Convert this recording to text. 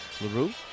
LaRue